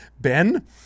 Ben